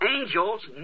angel's